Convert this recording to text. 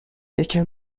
یکم